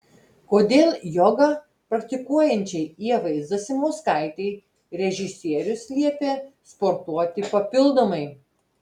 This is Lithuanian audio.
kodėl jogą praktikuojančiai ievai zasimauskaitei režisierius liepė sportuoti papildomai